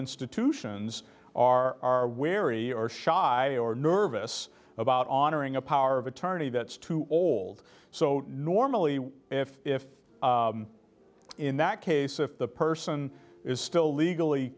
institutions are wary or shot or nervous about on uring a power of attorney that's too old so normally if if in that case if the person is still legally